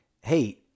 Hey